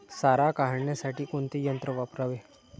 सारा काढण्यासाठी कोणते यंत्र वापरावे?